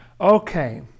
Okay